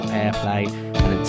airplay